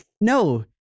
no